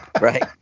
right